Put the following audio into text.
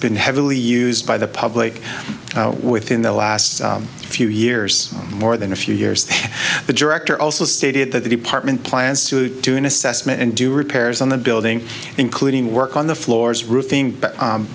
been heavily used by the public within the last few years more than a few years the director also stated that the department plans to do an assessment and do repairs on the building including work on the floors roofing